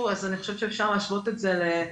- אז אני חושבת שאפשר להשוות את זה לכך: